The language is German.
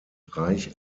reich